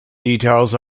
details